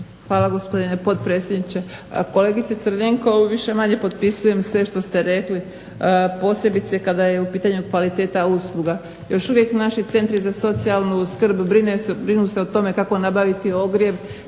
Hvala, gospodine potpredsjedniče. Kolegice Crljenko, ovo više-manje potpisujem sve što ste rekli, posebice kada je u pitanju kvaliteta usluga. Još uvijek naši centri za socijalnu skrb brinu se o tome kako nabaviti ogrjev,